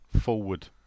Forward